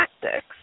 tactics